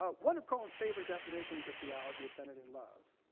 ah one of cone's favorite definitions of theology is centered in love.